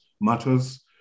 matters